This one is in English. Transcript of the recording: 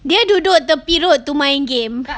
dia duduk tepi road untuk main game